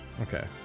okay